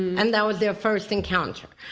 and that was their first encounter.